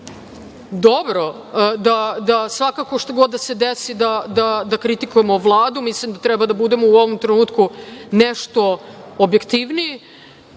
dobro da svakako šta god da se desi da kritikujem ovu Vladu, mislim da treba da budemo u ovom trenutku nešto objektivniji.